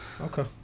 Okay